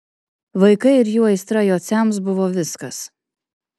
vaikai ir jų aistra jociams buvo viskas